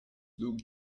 look